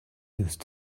used